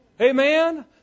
Amen